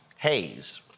Hayes